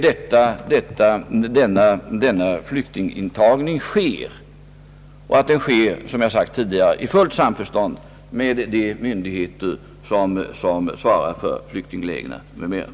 Denna flyktingintagning har skett och sker, som jag sagt tidigare, i fullt samförstånd med de myndigheter som svarar för flyktinglägren.